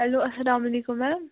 hello اسلام علیکُم میم